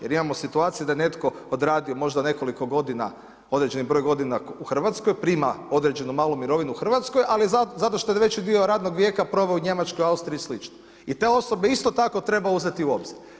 Jer imamo situacije da je netko odradio možda nekoliko godina određeni broj godina u Hrvatskoj, prima određeno malu mirovinu u Hrvatskoj, ali je zato što je veći dio radnog vijeka proveo u Njemačkoj, Austriji i slično i te osobe isto tako treba uzeti u obzir.